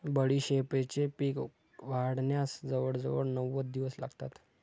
बडीशेपेचे पीक वाढण्यास जवळजवळ नव्वद दिवस लागतात